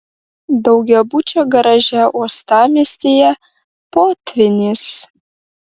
daugiabučio garaže uostamiestyje potvynis